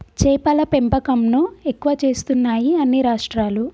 చేపల పెంపకం ను ఎక్కువ చేస్తున్నాయి అన్ని రాష్ట్రాలు